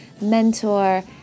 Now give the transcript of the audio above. mentor